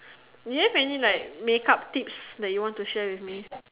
do you have any like make up tips that you want to share with me